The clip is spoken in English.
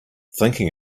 thinking